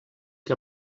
que